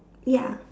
ya